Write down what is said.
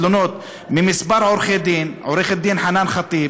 תלונות מכמה עורכי-דין: עורך-דין חנאן ח'טיב,